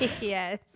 Yes